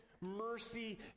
mercy